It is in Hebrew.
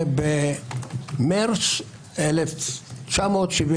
במרץ 1994